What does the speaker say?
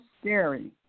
scary